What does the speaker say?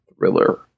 thriller